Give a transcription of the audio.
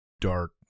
dark